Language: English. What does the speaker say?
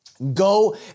Go